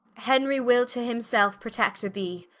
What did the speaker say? henry will to himselfe protector be,